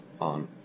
on